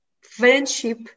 friendship